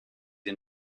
den